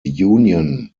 union